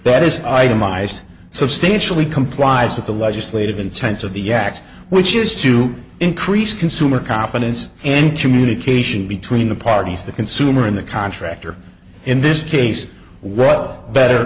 that is itemized substantially complies with the legislative intent of the act which is to increase consumer confidence in communication between the parties the consumer and the contractor in this case well better